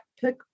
pick